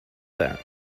that